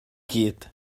gyd